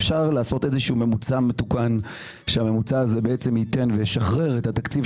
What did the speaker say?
אפשר לעשות איזשהו ממוצע מתוקן והממוצע הזה ייתן וישחרר את התקציב,